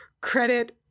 credit